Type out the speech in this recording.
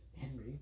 Henry